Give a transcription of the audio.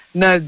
na